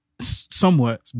Somewhat